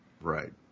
Right